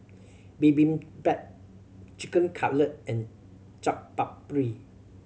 Bibimbap Chicken Cutlet and Chaat Papri